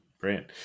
brilliant